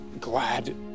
glad